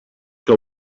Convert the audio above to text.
que